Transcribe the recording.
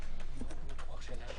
בצורה טובה